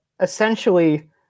essentially